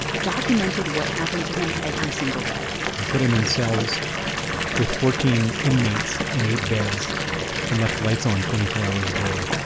documented what happened to him every single day they put him in cells with fourteen inmates in eight beds and left lights on twenty four hours a day.